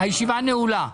הישיבה נעולה.